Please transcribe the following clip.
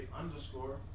underscore